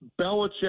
Belichick